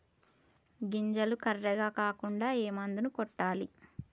గింజలు కర్రెగ కాకుండా ఏ మందును కొట్టాలి?